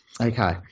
Okay